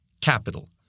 capital